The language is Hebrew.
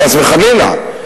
חס וחלילה.